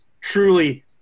truly